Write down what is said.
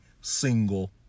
single